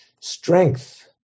strength